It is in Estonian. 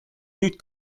nüüd